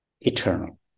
eternal